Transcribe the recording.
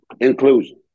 inclusion